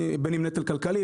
בין אם נטל כלכלי,